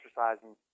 exercising